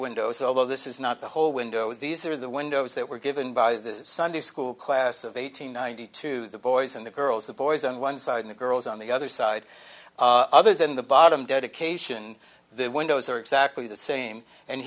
windows although this is not the whole window these are the windows that were given by the sunday school class of eight hundred ninety two the boys and the girls the boys on one side and the girls on the other side of other than the bottom dedication the windows are exactly the same and